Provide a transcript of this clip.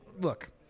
look